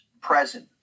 present